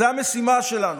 זו המשימה שלנו.